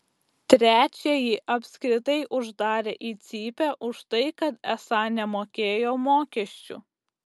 trečiąjį apskritai uždarė į cypę už tai kad esą nemokėjo mokesčių